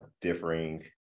differing